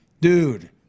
dude